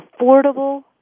affordable